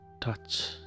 touch